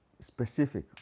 specific